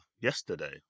yesterday